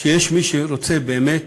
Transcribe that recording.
שיש מי שרוצה באמת